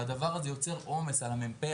הדבר הזה יוצר עומס על המ"פ,